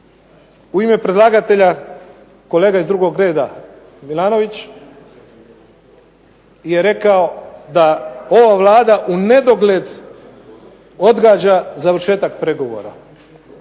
U ime predlagatelja kolega iz drugog reda Milanović je rekao da ova Vlada unedogled odgađa završetak pregovora.